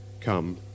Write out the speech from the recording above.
come